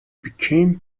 became